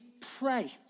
pray